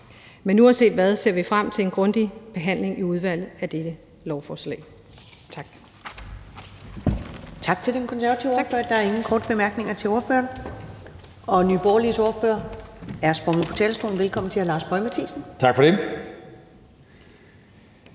Men uanset hvad ser vi frem til en grundig behandling i udvalget af dette lovforslag.